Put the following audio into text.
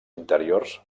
interiors